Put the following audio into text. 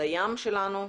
לים שלנו.